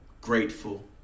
grateful